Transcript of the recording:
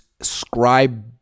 scribe